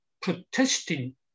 protesting